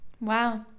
Wow